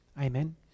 Amen